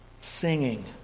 singing